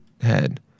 head